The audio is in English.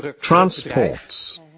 transports